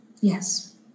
Yes